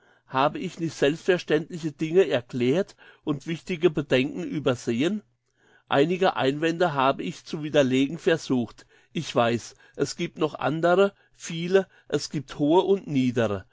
habe ich nicht selbstverständliche dinge erklärt und wichtige bedenken übersehen einige einwände habe ich zu widerlegen versucht ich weiss es gibt noch andere viele es gibt hohe und niedere